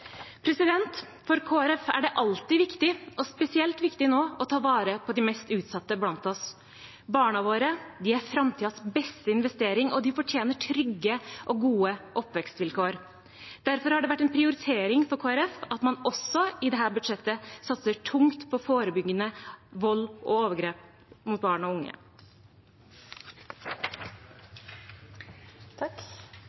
For Kristelig Folkeparti er det alltid viktig – og spesielt viktig nå – å ta vare på de mest utsatte blant oss. Barna våre er framtidens beste investering, og de fortjener trygge og gode oppvekstvilkår. Derfor har det vært en prioritering for Kristelig Folkeparti at man også i dette budsjettet satser tungt på å forebygge vold og overgrep mot barn og unge.